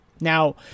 Now